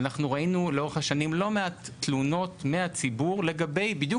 אנחנו ראינו לאורך השנים לא מעט תלונות מהציבור בדיוק